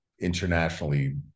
internationally